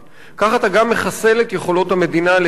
כך אתה גם מחסל את יכולות המדינה לסייע